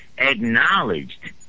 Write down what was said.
acknowledged